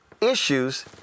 issues